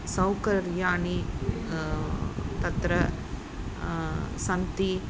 सौकर्याणि तत्र सन्ति